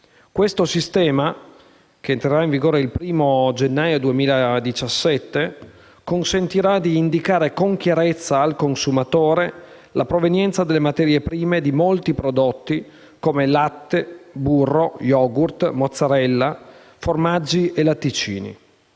Questo sistema, che entrerà in vigore dal 1° gennaio 2017, consentirà di indicare con chiarezza al consumatore la provenienza delle materie prime di molti prodotti come latte, burro, yogurt, mozzarella, formaggi e latticini.